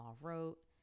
wrote